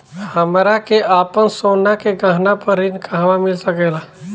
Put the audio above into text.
हमरा के आपन सोना के गहना पर ऋण कहवा मिल सकेला?